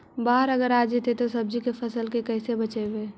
बाढ़ अगर आ जैतै त सब्जी के फ़सल के कैसे बचइबै?